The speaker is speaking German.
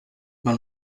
man